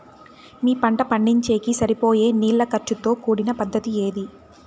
మీ పంట పండించేకి సరిపోయే నీళ్ల ఖర్చు తో కూడిన పద్ధతి ఏది?